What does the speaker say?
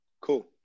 cool